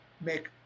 make